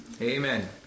Amen